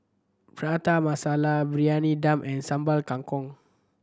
Prata Masala Briyani Dum and Sambal Kangkong